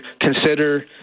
consider